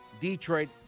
Detroit –